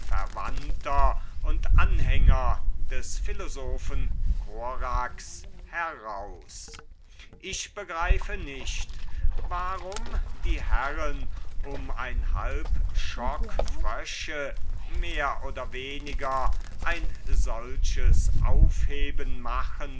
verwandter und anhänger des philosophen korax heraus ich begreife nicht warum die herren um ein halb schock frösche mehr oder weniger ein solches aufheben machen